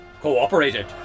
cooperated